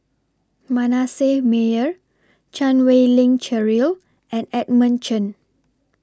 Manasseh Meyer Chan Wei Ling Cheryl and Edmund Chen